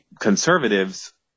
conservatives